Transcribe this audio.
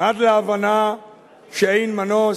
עד להבנה שאין מנוס,